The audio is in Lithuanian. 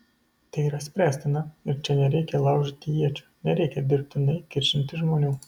tai yra spręstina ir čia nereikia laužyti iečių nereikia dirbtinai kiršinti žmonių